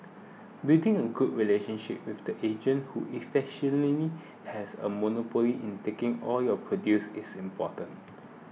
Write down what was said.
building a good relationship with the agent who efficiently has a monopoly in taking all your produce is important